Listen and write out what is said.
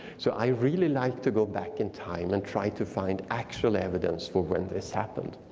so i really like to go back in time and try to find actual evidence for when this happened.